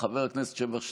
חבר הכנסת שבח שטרן,